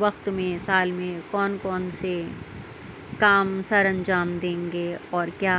وقت میں سال میں کون کون سے کام سرانجام دیں گے اور کیا